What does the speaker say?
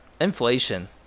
Inflation